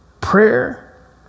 prayer